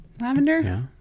lavender